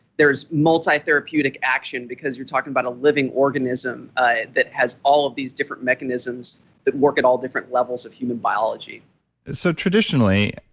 there is multi-therapeutic action because we're talking about a living organism that has all of these different mechanisms that work at all different levels of human biology so, traditionally,